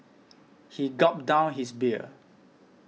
he gulped down his beer